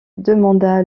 demanda